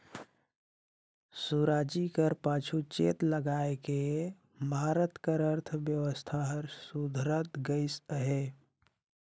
सुराजी कर पाछू चेत लगाएके भारत कर अर्थबेवस्था हर सुधरत गइस अहे